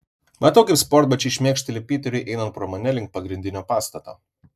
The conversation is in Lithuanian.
matau kaip sportbačiai šmėkšteli piteriui einant pro mane link pagrindinio pastato